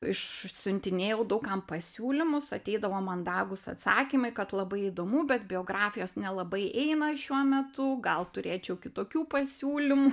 išsiuntinėjau daug kam pasiūlymus ateidavo mandagūs atsakymai kad labai įdomu bet biografijos nelabai eina šiuo metu gal turėčiau kitokių pasiūlymų